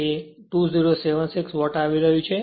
તેથી તે 2076 વોટ આવી રહ્યું છે